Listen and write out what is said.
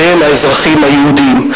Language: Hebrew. שהם האזרחים היהודים.